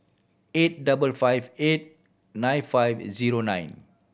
eight double five eight nine five zero nine